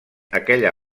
aquella